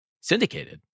Syndicated